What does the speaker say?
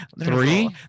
three